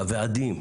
הוועדים,